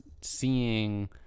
seeing